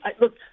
look